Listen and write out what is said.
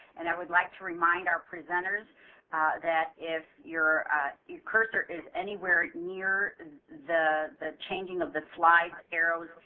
and i would like to remind our presenters that if your your cursor is anywhere near and the the changing of the slide arrows,